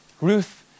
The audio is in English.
Ruth